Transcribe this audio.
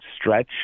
stretch